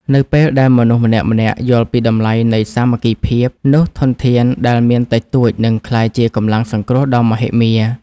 នៅពេលដែលមនុស្សម្នាក់ៗយល់ពីតម្លៃនៃសាមគ្គីភាព នោះធនធានដែលមានតិចតួចនឹងក្លាយជាកម្លាំងសង្គ្រោះដ៏មហិមា។